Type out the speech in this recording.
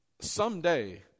someday